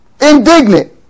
indignant